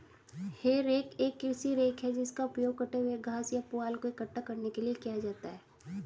हे rake एक कृषि rake है जिसका उपयोग कटे हुए घास या पुआल को इकट्ठा करने के लिए किया जाता है